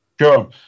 Sure